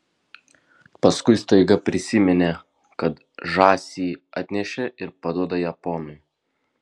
paskui staiga prisiminė kad žąsį atnešė ir paduoda ją ponui